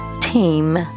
team